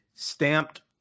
Stamped